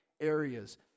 areas